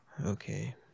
Okay